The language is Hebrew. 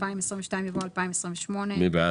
לא, זה מצחיק אותי --- ההסתייגות?